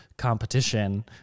competition